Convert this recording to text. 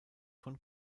von